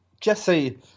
Jesse